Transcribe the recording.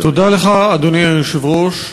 תודה לך, אדוני היושב-ראש.